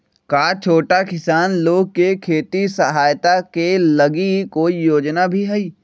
का छोटा किसान लोग के खेती सहायता के लगी कोई योजना भी हई?